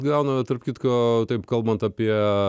gauname tarp kitko taip kalbant apie